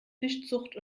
fischzucht